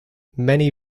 many